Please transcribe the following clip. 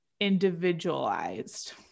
individualized